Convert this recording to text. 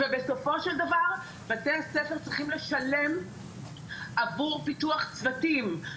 ובסופו של דבר בתי הספר צריכים לשלם עבור פיתוח צוותים,